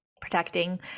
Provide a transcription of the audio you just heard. protecting